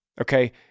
okay